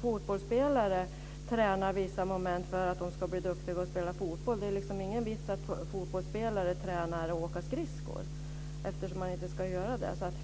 Fotbollsspelare tränar vissa moment för att de ska bli duktiga på att spela fotboll. Det är ingen vits att fotbollsspelare tränar att åka skridskor, eftersom de inte ska göra det.